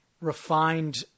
refined